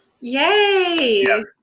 Yay